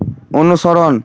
অনুসরণ